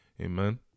Amen